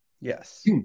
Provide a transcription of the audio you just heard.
Yes